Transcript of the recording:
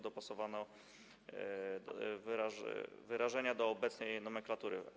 Dopasowano wyrażenia do obecnej nomenklatury.